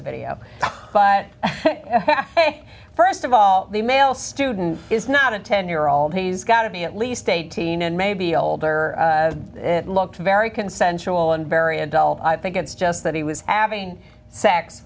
the video but first of all the male student is not a ten year all he's got to be at least eighteen and maybe older and it looks very consensual and very adult i think it's just that he was adding sex